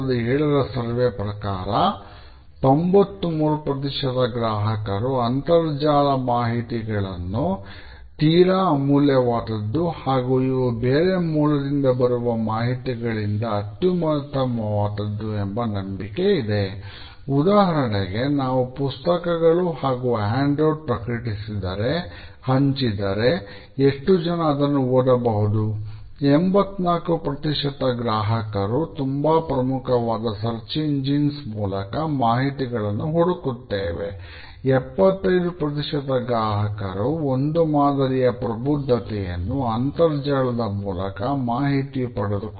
digital profile ಮಾಡಬಹುದು